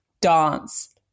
dance